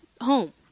home